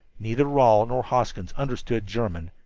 neither rawle nor hoskins understood german,